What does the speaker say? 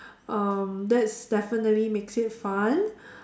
um that's definitely makes it fun